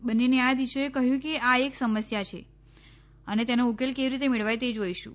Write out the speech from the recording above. બંને ન્યાયાધીશોએ કહ્યું કે આ એક સમસ્યા છે અને તેનો ઉકેલ કેવી રીતે મેળવાય તે ોઈશું